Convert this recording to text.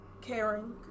caring